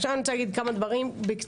עכשיו אני רוצה להגיד כמה דברים בקצרה,